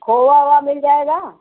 खोवा ओवा मिल जाएगा